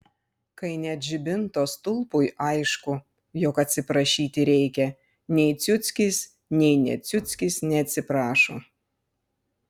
kai net žibinto stulpui aišku jog atsiprašyti reikia nei ciuckis nei ne ciuckis neatsiprašo